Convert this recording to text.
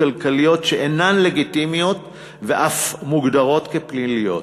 כלכליות שאינן לגיטימיות ואף מוגדרות כפליליות.